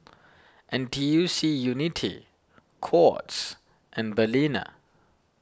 N T U C Unity Courts and Balina